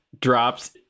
drops